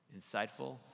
insightful